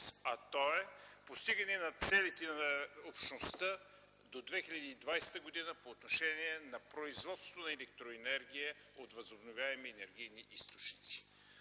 а той е постигане на целите на общността до 2020 г. по отношение на производството на електроенергия от възобновяеми енергийни източници.